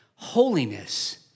Holiness